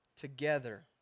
together